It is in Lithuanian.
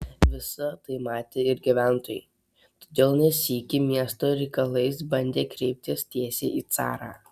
visa tai matė ir gyventojai todėl ne sykį miesto reikalais bandė kreiptis tiesiai į carą